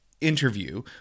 interview